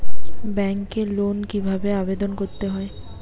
ব্যাংকে লোন কিভাবে আবেদন করতে হয়?